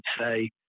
say